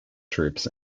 troops